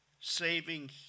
saving